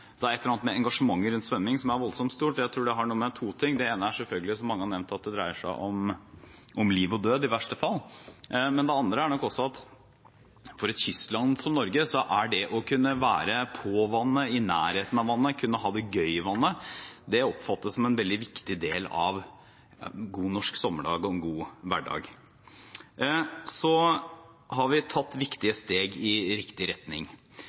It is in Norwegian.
da hele læreplanen i kroppsøving ble revidert i 2012. Det er et eller annet med engasjementet rundt svømming som er voldsomt stort, jeg tror det har noe med to ting å gjøre. Det ene er selvfølgelig, som mange har nevnt, at det dreier seg om liv og død i verste fall. Det andre er nok at for et kystland som Norge er det å kunne være på vannet, i nærheten av vannet, kunne ha det gøy i vannet oppfattet som en veldig viktig del av en god norsk sommerdag og en god hverdag. Vi har tatt viktige steg i riktig